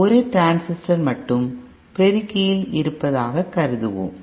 ஒரு ட்ரான்சிஸ்டர் மட்டும் பெருக்கியில் இருப்பதாக கருதுவோம்